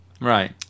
right